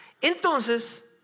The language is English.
Entonces